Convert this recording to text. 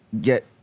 get